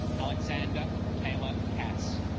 alexander taylor cass